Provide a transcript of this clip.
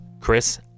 Chris